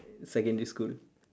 secondary school